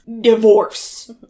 Divorce